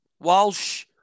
Walsh